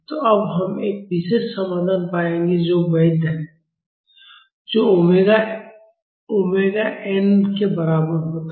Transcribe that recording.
तो अब हम एक विशेष समाधान पाएंगे जो वैध है जब ओमेगा ओमेगा एन के बराबर होता है